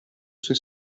sue